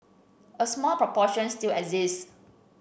a small proportion still exists